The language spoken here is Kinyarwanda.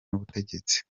n’ubutegetsi